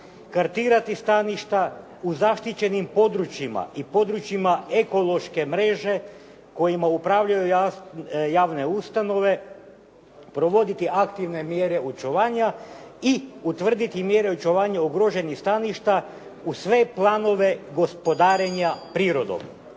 kartirati staništa u zaštićenim područjima i područjima ekološke mreže kojima upravljaju javne ustanove, provoditi aktivne mjere očuvanja i utvrditi mjere očuvanja ugroženih staništa u sve planove gospodarenja prirodom.